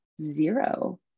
zero